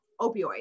opioid